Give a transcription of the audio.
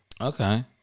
Okay